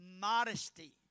Modesty